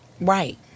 Right